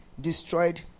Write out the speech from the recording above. destroyed